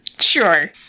sure